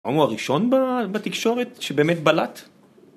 ההומו הראשון בתקשורת שבאמת בלט?